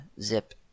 Zip